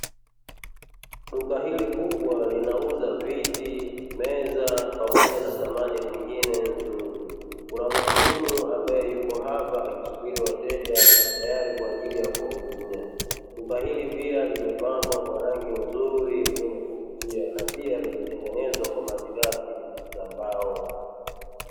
Duka hili kubwa linauza viti, meza pamoja na samani zingine nzuri, kuna muhudumu ambaye yupo hapa akisubiri wateja tayari kwaajili ya kuwahudumia. Duka hili pia limepambwa kwa rangi nzuri zenye kuvutia na pia limetengenezwa kwa malighafi za mbao.